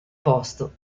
posto